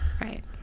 Right